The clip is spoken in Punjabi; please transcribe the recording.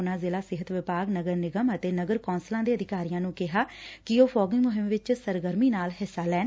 ਉਨਾਂ ਜ਼ਿਲੁਾ ਸਿਹਤ ਵਿਭਾਗ ਨਗਰ ਨਿਗਮ ਅਤੇ ਨਗਰ ਕੌਂਸਲਾਂ ਦੇ ਅਧਿਕਾਰੀਆਂ ਨੂੰ ਕਿਹਾ ਕਿ ਉਹ ਫੋਗਿੰਗ ਮੁਹਿੰਮ ਵਿਚ ਸਰਗਰਮੀ ਨਾਲ ਹਿੱਸਾ ਲੈਣ